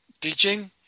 teaching